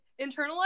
internalized